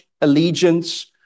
allegiance